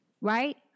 right